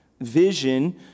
vision